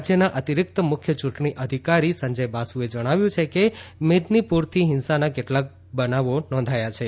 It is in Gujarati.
રાજ્યના અતિરીક્ત મુખ્ય ચૂંટણી અધિકારી સંજય બાસુએ જણાવ્યું છે કે મેદનીપુરથી હિંસાના કેટલાંક બનાવો નોંધાયા છે